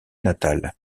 natale